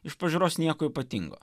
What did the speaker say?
iš pažiūros nieko ypatingo